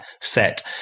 set